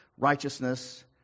Righteousness